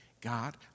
God